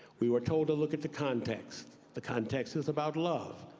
we were told to look at the context. the context is about love.